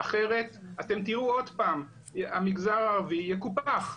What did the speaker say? אחרת המגזר הערבי יקופח,